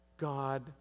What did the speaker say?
God